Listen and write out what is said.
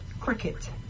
cricket